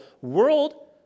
world